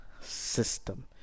system